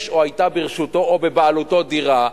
יש או היתה ברשותו או בבעלותו דירה,